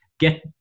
get